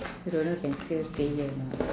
so don't know if can still stay here or not